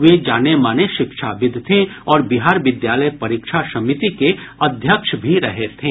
वे जाने माने शिक्षाविद् थे और बिहार विद्यालय परीक्षा समिति के अध्यक्ष भी रहे थे